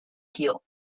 heel